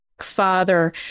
father